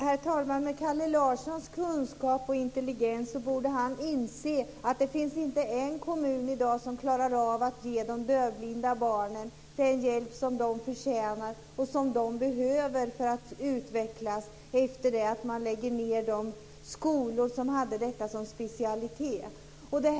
Herr talman! Med Kalle Larssons kunskap och intelligens borde han inse att det inte finns en enda kommun i dag som klarar av att ge de dövblinda barnen den hjälp som de förtjänar och som de behöver för att utvecklas efter det att man lägger ned de skolor som hade detta som specialitet.